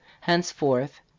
Henceforth